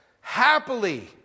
happily